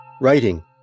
Writing